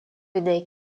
naît